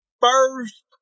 first